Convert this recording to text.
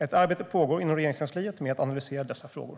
Ett arbete pågår inom Regeringskansliet med att analysera dessa frågor.